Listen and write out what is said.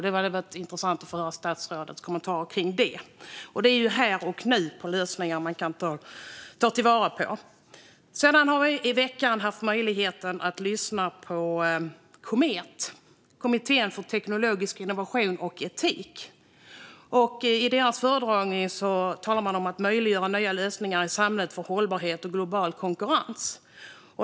Det hade varit intressant att höra statsrådets kommentarer om detta. Det är lösningar som man kan ta till här och nu. I veckan har vi haft möjlighet att lyssna på Komet, Kommittén för teknologisk innovation och etik. I deras föredragning talades om att möjliggöra nya lösningar i samhället för hållbarhet och global konkurrens.